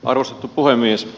arvostettu puhemies